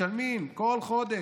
משלמים כל חודש,